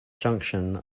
junction